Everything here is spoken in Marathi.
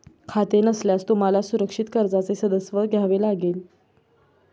खाते नसल्यास तुम्हाला सुरक्षित कर्जाचे सदस्यत्व घ्यावे लागेल